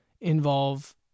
involve